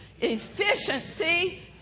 efficiency